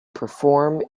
perform